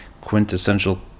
quintessential